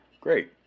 great